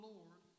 Lord